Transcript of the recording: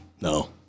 No